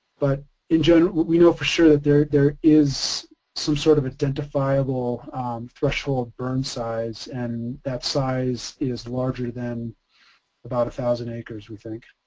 but in general we know for sure that there, there is some sort of identifiable threshold burn size and that size is larger than about one thousand acres we think.